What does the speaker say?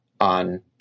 on